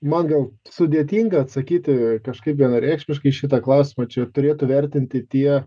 man gal sudėtinga atsakyti kažkaip vienareikšmiškai šitą klausimą čia turėtų vertinti tie